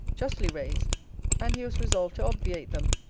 justly raised and he was resolved to obviate them.